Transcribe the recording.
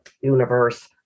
universe